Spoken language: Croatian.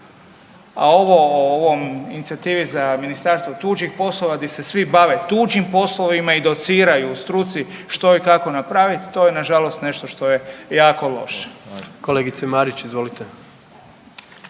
A ovo o ovom inicijativi za ministarstvo tuđih poslova gdje se svi bave tuđim poslovima i dociraju struci što i kako napraviti to je nažalost nešto što je jako loše. **Jandroković, Gordan